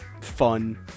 fun